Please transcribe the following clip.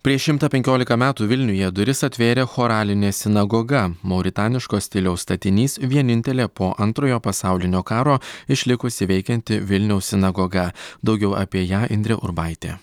prieš šimtą penkiolika metų vilniuje duris atvėrė choralinė sinagoga mauritaniško stiliaus statinys vienintelė po antrojo pasaulinio karo išlikusi veikianti vilniaus sinagoga daugiau apie ją indrė urbaitė